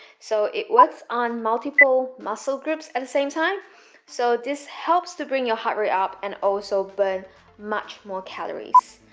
so it works on multiple muscle groups at the same time so this helps to bring your heart rate up and also burn much more calories